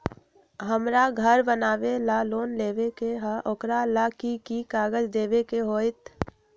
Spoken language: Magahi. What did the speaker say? हमरा घर बनाबे ला लोन लेबे के है, ओकरा ला कि कि काग़ज देबे के होयत?